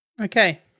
okay